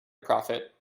prophet